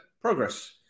progress